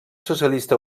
socialista